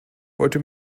wollte